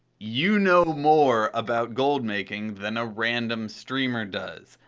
you know more about gold making than a random streamer does.